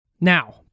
Now